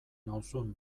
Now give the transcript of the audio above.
nauzun